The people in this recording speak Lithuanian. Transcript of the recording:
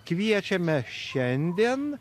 kviečiame šiandien